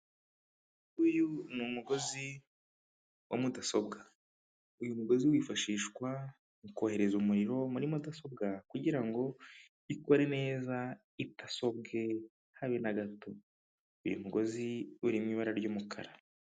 Uyu ni umugozi wa mudasobwa, uyu mugozi wifashishwa mu kohereza umuriro muri mudasobwa kugirango ikore neza itasobwe habe na gato, uyu mugozi uri mu ibara ry'umukara.